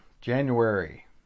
January